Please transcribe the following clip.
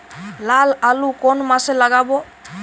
লাল আলু কোন মাসে লাগাব?